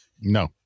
No